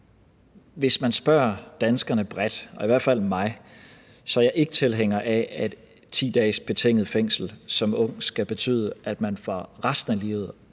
hvis man spørger danskerne bredt, og i hvert fald mig, så er jeg ikke tilhænger af, at 10 dages betinget fængsel som ung skal betyde, at man for resten af livet